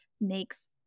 makes